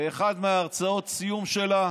באחת מהרצאות הסיום שלה.